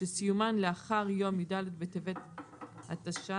שסיומן לאחר יום י"ד בטבת התשע"ז,